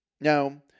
Now